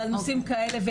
ועל נושאים כאלה.